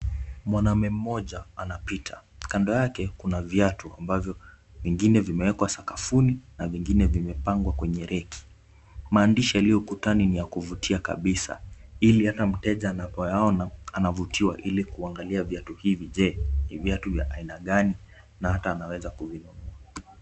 Mwanaume mmoja anapita. Kando yake kuna viatu, ambavyo vingine vimewekwa sakafuni na vingine vimepangwa kwenye reki. Maandishi yaliyo ukutani ni ya kuvutia kabisa ili hata mteja anapoyaona anavutiwa ili kuangalia viatu hivi, je ni viatu vya aina gani na hata anaweza kuvinunua.